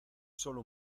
solo